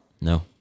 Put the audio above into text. No